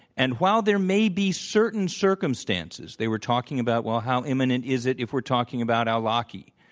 and while there may be certain circumstances they were talking about, well, how imminent is it if we're talking about al-awlaki?